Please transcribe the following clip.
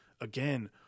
again